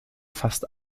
fast